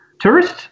tourists